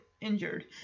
injured